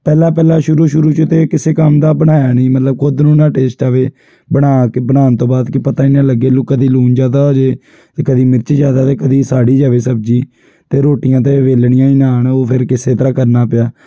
ਪਹਿਲਾਂ ਪਹਿਲਾਂ ਸ਼ੁਰੂ ਸ਼ੁਰੂ 'ਚ ਤਾਂ ਕਿਸੇ ਕੰਮ ਦਾ ਬਣਾਇਆ ਨਹੀਂ ਮਤਲਬ ਖੁ਼ਦ ਨੂੰ ਨਾ ਟੇਸਟ ਆਵੇ ਬਣਾ ਕੇ ਬਣਾਉਣ ਤੋਂ ਬਾਅਦ ਕੀ ਪਤਾ ਹੀ ਨਾ ਲੱਗੇ ਲੂ ਕਦੀ ਲੂਣ ਜ਼ਿਆਦਾ ਹੋ ਜੇ ਕਦੀ ਮਿਰਚ ਜ਼ਿਆਦਾ ਅਤੇ ਕਦੀ ਸੜ ਹੀ ਜਾਵੇ ਸਬਜ਼ੀ ਅਤੇ ਰੋਟੀਆਂ ਤਾਂ ਵੇਲਣੀਆਂ ਹੀ ਨਾ ਆਉਣ ਉਹ ਫੇਰ ਕਿਸੇ ਤਰ੍ਹਾਂ ਕਰਨਾ ਪਿਆ